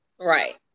Right